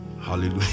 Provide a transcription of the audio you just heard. Hallelujah